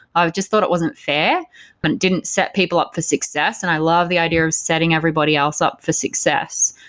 just thought it wasn't fair. but it didn't set people up for success. and i love the idea of setting everybody else up for success.